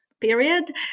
period